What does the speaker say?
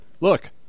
Look